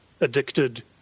addicted